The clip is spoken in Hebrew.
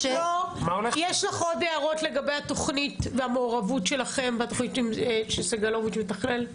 יש לך עוד הערות לגבי התוכנית והמעורבות שלכם בתוכנית שסגלוביץ' מתכלל,